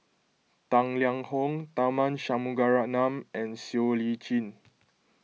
Tang Liang Hong Tharman Shanmugaratnam and Siow Lee Chin